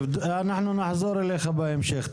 אנחנו נחזור אליך בהמשך.